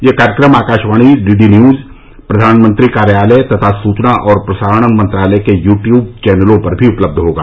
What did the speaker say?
यह कार्यक्रम आकाशवाणी डीडीन्यूज प्रधानमंत्री कार्यालय तथा सूचना और प्रसारण मंत्रालय के यू ट्यूब चैनलों पर भी उपलब्ध होगा